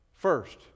First